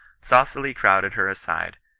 saucily crowded her aside,